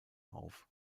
auf